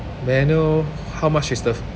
may I know how much is the